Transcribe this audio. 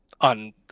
on